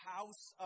House